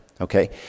okay